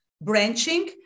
branching